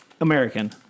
American